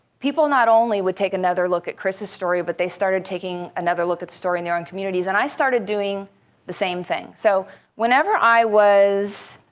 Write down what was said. people not only would take another look at chris' story, but they started taking another look at story in their own communities. and i started doing the same thing. so whenever i was